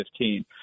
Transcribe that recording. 2015